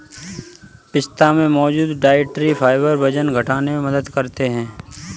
पिस्ता में मौजूद डायट्री फाइबर वजन घटाने में मदद करते है